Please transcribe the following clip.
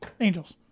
Angels